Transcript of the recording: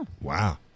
Wow